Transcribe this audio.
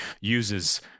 uses